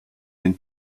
den